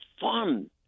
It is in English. fun